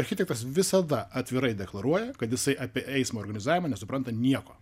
architektas visada atvirai deklaruoja kad jisai apie eismo organizavimą nesupranta nieko